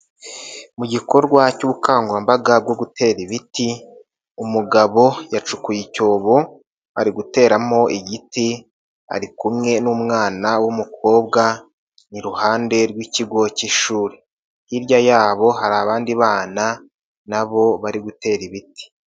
Mu gikorwa cy'ubukangurambaga bwo gutera ibiti. Umugabo yacukuye icyobo, ari guteramo igiti, ari kumwe n'umwana w'umukobwa, iruhande rw'ikigo cy'ishuri. Hirya yabo hari abandi bana nabo bari gutera ibiti.